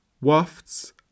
wafts